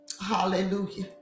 Hallelujah